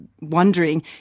wondering